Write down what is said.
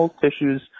tissues